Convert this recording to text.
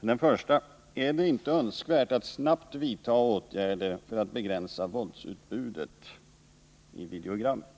Den första frågan är: Är det inte önskvärt att snabbt vidta åtgärder för att begränsa våldsutbudet i videogramproduktionen?